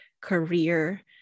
career